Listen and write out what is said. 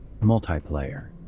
Multiplayer